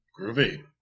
Groovy